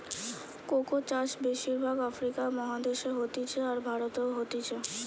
cocoa চাষ বেশির ভাগ আফ্রিকা মহাদেশে হতিছে, আর ভারতেও হতিছে